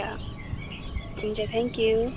हुन्छ हुन्छ thank you